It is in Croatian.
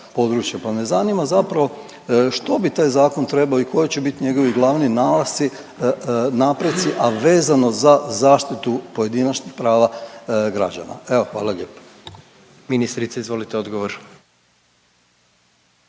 pa me zanima zapravo što bi taj zakon trebao i koji će bit njegovi glavni nalasci, napreci, a vezano za zaštitu pojedinačnih prava građana? Evo hvala lijepa. **Jandroković, Gordan